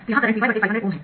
तो यहाँ current Vy 500Ω है